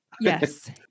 Yes